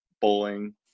bowling